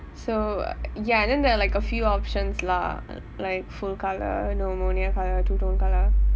so ya then there are like a few options lah like full colour pneumonia colour true tone colour